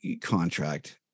contract